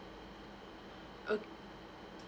okay